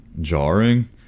jarring